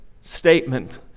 statement